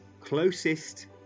Closest